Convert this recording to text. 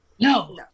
No